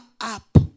up